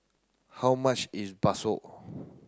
how much is Bakso